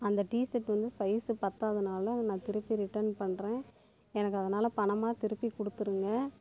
அந்த டிஷர்ட் வந்து சைசு பத்தாதுனால அதை நான் திருப்பி ரிட்டர்ன் பண்ணுறேன் எனக்கு அதனால் பணமாக திருப்பி கொடுத்துடுங்க